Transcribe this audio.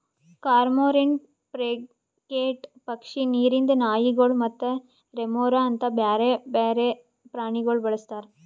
cormorant, frigate ಪಕ್ಷಿ, ನೀರಿಂದ್ ನಾಯಿಗೊಳ್ ಮತ್ತ ರೆಮೊರಾ ಅಂತ್ ಬ್ಯಾರೆ ಬೇರೆ ಪ್ರಾಣಿಗೊಳ್ ಬಳಸ್ತಾರ್